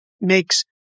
makes